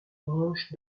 branche